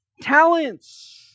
talents